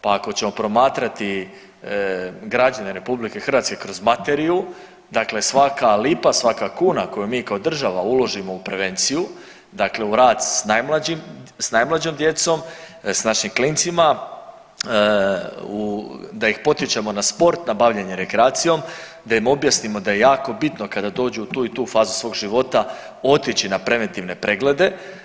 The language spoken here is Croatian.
Pa ako ćemo promatrati građane Republike Hrvatske kroz materiju, dakle svaka lipa, svaka kuna koju mi kao država uložimo u prevenciju, dakle u rad sa najmlađom djecom, sa našim klincima, da ih potičemo na sport, na bavljenje rekreacijom, da im objasnimo da je jako bitno da kada dođu u tu i tu fazu svog života otići na preventivne preglede.